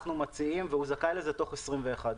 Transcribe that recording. הוא זכאי לכך תוך 21 יום.